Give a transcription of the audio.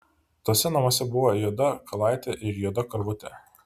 tuose namuose buvo juoda kalaitė ir juoda karvutė